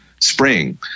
spring